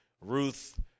Ruth